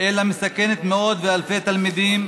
אלא מסכנת מאות ואלפי תלמידים